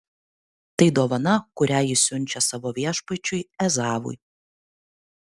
tai dovana kurią jis siunčia savo viešpačiui ezavui